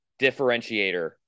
differentiator